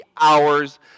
hours